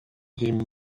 him